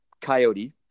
Coyote